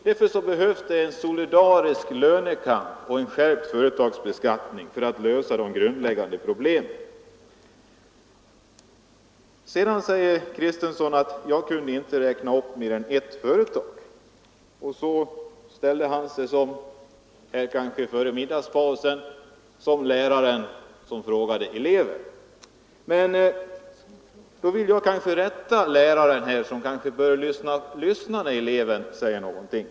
Därför behövs det en solidarisk lönekamp och en skärpt företagsbeskattning för att lösa de grundläggande problemen. Herr Kristenson sade att jag inte kunde räkna upp mer än ett företag, och så ställde han sig — i likhet med vad som hände här före middagspausen — som läraren som frågade elever. Men då vill jag rätta läraren, som kanske bör lyssna när eleven säger någonting.